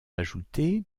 ajoutées